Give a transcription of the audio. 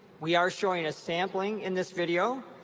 we are showing a sampling in this video.